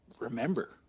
remember